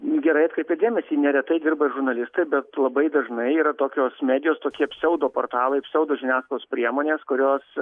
gerai atkreipėt dėmesį neretai dirba ir žurnalistai bet labai dažnai yra tokios medijos kaip pseudo portalai pseudo žiniasklaidos priemonės kurios